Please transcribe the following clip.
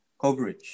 coverage